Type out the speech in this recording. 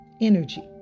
energy